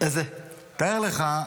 תאר לך,